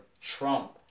Trump